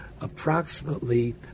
approximately